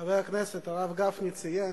חבר הכנסת הרב גפני, ציין,